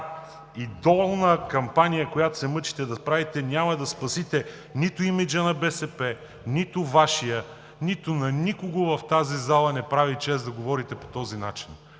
и долна кампания, която се мъчите да правите, няма да спасите нито имиджа на БСП, нито Вашия, нито на никого в тази зала не прави чест да говори по този начин.